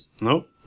Nope